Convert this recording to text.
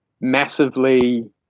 massively